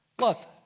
Love